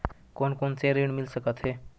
कोन कोन से ऋण मिल सकत हे?